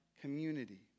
community